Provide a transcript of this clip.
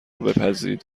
بپذیرید